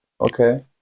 Okay